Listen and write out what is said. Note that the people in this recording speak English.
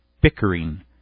bickering